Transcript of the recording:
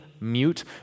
mute